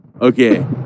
Okay